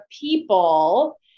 people